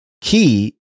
key